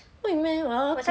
what you mean ah